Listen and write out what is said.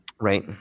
Right